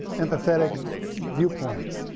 empathetic viewpoint.